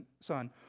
son